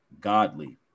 godly